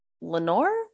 Lenore